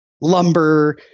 lumber